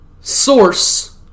Source